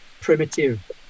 primitive